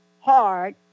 hard